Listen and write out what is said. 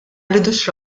rridux